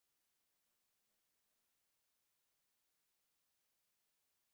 I got money I must give money ah must give ten dollar must give twenty dollar must give two dollar